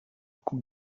coupe